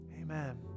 Amen